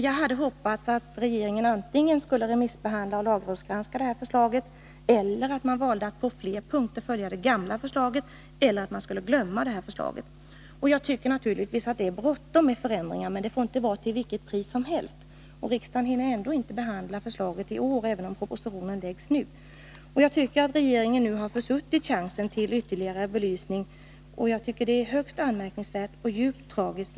Jag hade hoppats att regeringen antingen skulle remissbehandla och lagrådsgranska detta förslag eller skulle välja att på fler punkter följa det gamla förslaget — eller att man skulle glömma det här förslaget. Naturligtvis tycker jag att det är bråttom med förändringar, men inte till vilket pris som helst. Riksdagen hinner ändå inte behandla förslaget i år, även om proposition läggs fram nu. Jag tycker att regeringen nu har försuttit chansen till ytterligare belysning, och jag finner det högst anmärkningsvärt och djupt tragiskt.